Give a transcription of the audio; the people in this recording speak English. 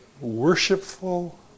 Worshipful